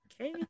okay